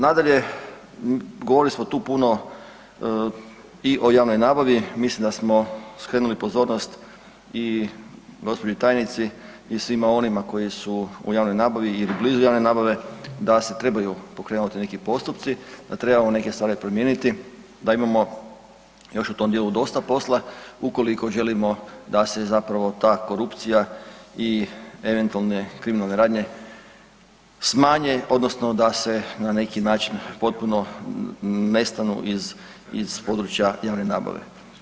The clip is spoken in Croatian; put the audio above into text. Nadalje, govorili smo tu puno i o javnoj nabavi, mislim da smo skrenuli pozornost i gđi. tajnici i svima onima koji su u javnoj nabavi ili blizu javne nabave da se trebaju pokrenuti neki postupci, da trebamo neke stvari promijeniti, da imamo još u tom dijelu dosta posla, ukoliko želimo da se zapravo ta korupcija i eventualne kriminalne radnje smanje odnosno da se na neki način potpuno nestanu iz, iz područja javne nabave.